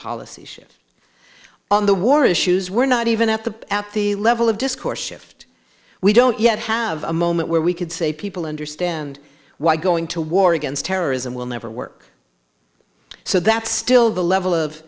policy shift on the war issues we're not even at the at the level of discourse shift we don't yet have a moment where we could say people understand why going to war against terrorism will never work so that's still the level of